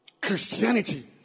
Christianity